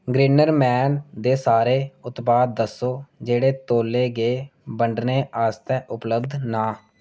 ग्रेनर मैन दे सारे उत्पाद दस्सो जेह्ड़े तौले गै बंडने आस्तै उपलब्ध न